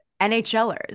NHLers